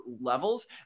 levels